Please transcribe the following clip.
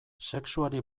sexuari